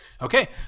okay